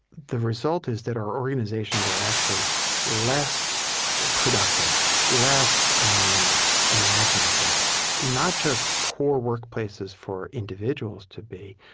the result is that our organizations are actually less productive, less imaginative not just poor workplaces for individuals to be,